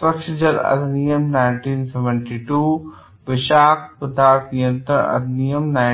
स्वच्छ जल अधिनियम 1972 विषाक्त पदार्थ नियंत्रण अधिनियम 1976